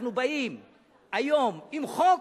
אבל אנחנו באים היום עם חוק,